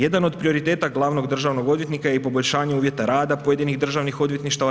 Jedan od prioriteta glavnog državnog odvjetnika je i poboljšanje uvjeta rada pojedinih državnih odvjetništava.